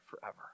forever